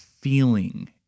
feeling